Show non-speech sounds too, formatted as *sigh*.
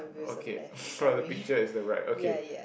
okay *breath* for the picture it's the right okay